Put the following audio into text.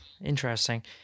interesting